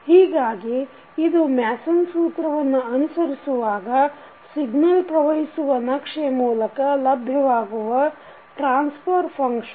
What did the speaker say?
ಹೀಗಾಗಿ ಇದು ಮ್ಯಾಸನ್ ಸೂತ್ರವನ್ನು ಅನುಸರಿಸಿದಾಗ ಸಿಗ್ನಲ್ ಪ್ರವಹಿಸುವ ನಕ್ಷೆ ಮೂಲಕ ಲಭ್ಯವಾಗುವ ಟ್ರಾನ್ಸ್ಫರ್ ಫಂಕ್ಷನ್